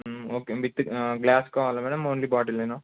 okay with glass కావాలా madam only బొటిల్యేనా